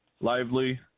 lively